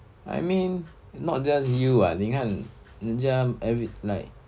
I mean not just you ah 你看人家 every like